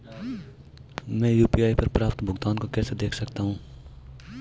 मैं यू.पी.आई पर प्राप्त भुगतान को कैसे देख सकता हूं?